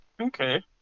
Okay